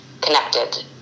connected